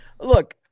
look